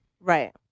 Right